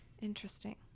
interesting